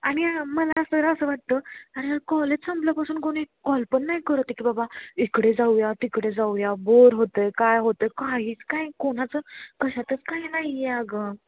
आणि मला जरा असं वाटतं अरे यार कॉलेज संपल्यापासून कोणी कॉल पण नाही करत आहे की बाबा इकडे जाऊया तिकडे जाऊया बोर होत आहे काय होत आहे काहीच काय कोणाचंच कशातच काय नाही आहे अगं